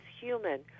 human